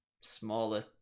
smaller